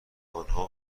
آنها